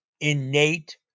innate